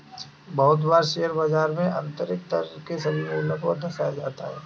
बहुत बार शेयर बाजार में आन्तरिक दर को सभी मूल्यों पर दर्शाया जाता है